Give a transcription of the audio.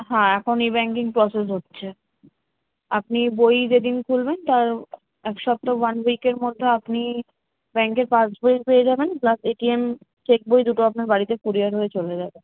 হ্যাঁ এখনই banking process হচ্ছে আপনি বই যেদিন খুলবেন তার এক সপ্তাহ ওয়ান উইকের মধ্যে আপনি ব্যাংকের পাসবই পেয়ে যাবেন প্লাস এ টি এম চেকবই দুটো আপনার বাড়িতে কুরিয়ার হয়ে চলে যাবে